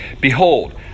Behold